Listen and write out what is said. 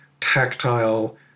tactile